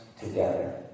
together